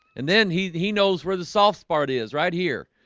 and then he he knows where the softs part is right here.